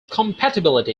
compatibility